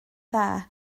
dda